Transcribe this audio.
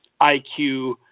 IQ